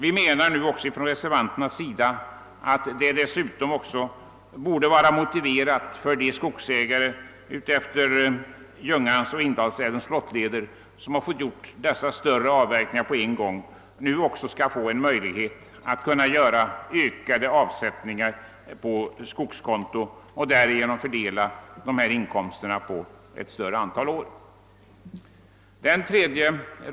Vi reservanter menar att det dessutom borde vara motiverat att de skogsägare utefter Ljungans och Indalsälvens flottleder, som gjort större avverkningar i ett sammanhang, nu ges möjlighet till ökade avsättningar på skogskonto för att på så sätt fördela inkomsterna på ett större antal år.